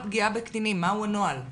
בקטינים, מה הוא הנוהל?